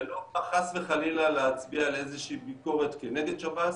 זה לא בא חס וחלילה להצביע על איזה שהיא ביקורת כנגד שב"ס,